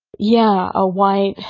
yeah, a white,